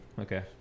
okay